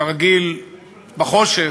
כרגיל בחושך,